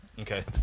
Okay